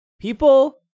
people